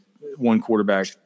one-quarterback